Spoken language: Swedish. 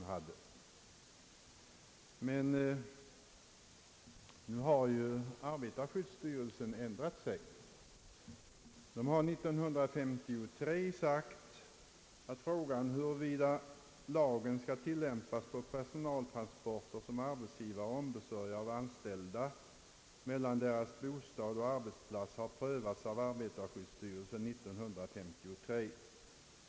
Men nu har ju arbetarskyddsstyrelsen ändrat sig. Frågan huruvida arbetarskyddslagen skall tillämpas vid personaltransporter som arbetsgivare ombesörjer för anställda mellan bostad och arbetsplats prövades av arbetarskyddsstyrelsen år 1953.